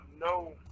no